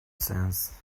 sense